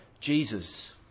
Jesus